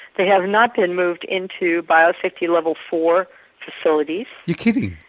they have not been moved into bio security level four facilities. you're kidding.